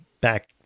back